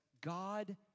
God